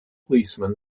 policeman